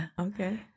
Okay